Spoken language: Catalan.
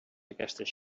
aquestes